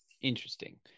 Interesting